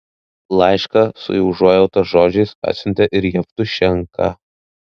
laišką su užuojautos žodžiais atsiuntė ir jevtušenka